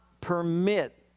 permit